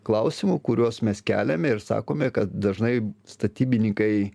klausimų kuriuos mes keliame ir sakome kad dažnai statybininkai